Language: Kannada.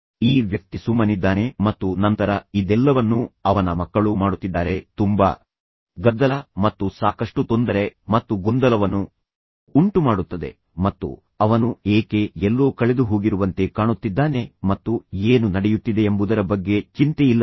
ಈ ವ್ಯಕ್ತಿ ಸುಮ್ಮನಿದ್ದಾನೆ ಮತ್ತು ನಂತರ ಇದೆಲ್ಲವನ್ನೂ ಅವನ ಮಕ್ಕಳು ಮಾಡುತ್ತಿದ್ದಾರೆ ತುಂಬಾ ಗದ್ದಲ ಮತ್ತು ಸಾಕಷ್ಟು ತೊಂದರೆ ಮತ್ತು ಗೊಂದಲವನ್ನು ಉಂಟುಮಾಡುತ್ತದೆ ಮತ್ತು ಅವನು ಏಕೆ ಎಲ್ಲೋ ಕಳೆದುಹೋಗಿರುವಂತೆ ಕಾಣುತ್ತಿದ್ದಾನೆ ಮತ್ತು ಏನು ನಡೆಯುತ್ತಿದೆ ಎಂಬುದರ ಬಗ್ಗೆ ಚಿಂತೆಯಿಲ್ಲವೇ